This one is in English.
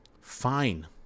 Fine